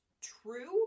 true